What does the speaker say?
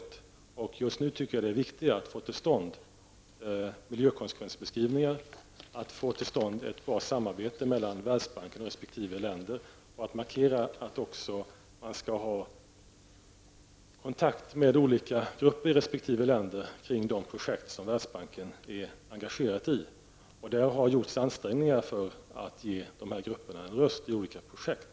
Det viktiga just nu är att få till stånd miljökonsekvensbeskrivningar, ett bra samarbete mellan Världsbanken och resp. länder och att markera att man skall ta kontakt med olika grupper i resp. länder kring de projekt som Världsbanken är engagerad i. Det har gjorts ansträngningar för att ge dessa grupper en röst i olika projekt.